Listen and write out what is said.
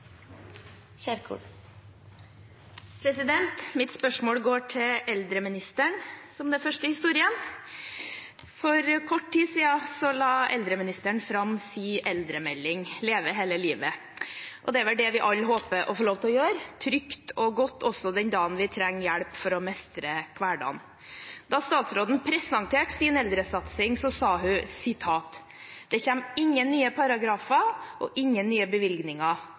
første i historien. For kort tid siden la eldreministeren fram sin eldremelding, Leve hele livet. Det er vel det vi alle håper å få lov til å gjøre, trygt og godt også den dagen vi trenger hjelp for å mestre hverdagen. Da statsråden presenterte sin eldresatsing, sa hun at det kommer ingen nye paragrafer og ingen nye bevilgninger,